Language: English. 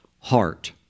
heart